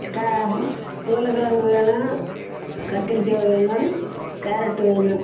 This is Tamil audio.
உருளகிழங்கு வேணும் கத்திரிக்காய் வேணும் கேரட்டு வேணும்